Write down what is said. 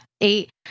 eight